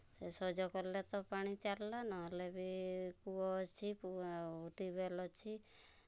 ସେ ସଜ କଲେ ତ ପାଣି ଚାଲିଲା ନ ହେଲେ ବି କୂଅ ଅଛି କୂଅ ଟ୍ୟୁବ୍ୱେଲ୍ ଅଛି